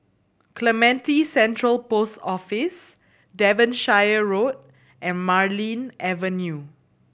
Clementi Central Post Office Devonshire Road and Marlene Avenue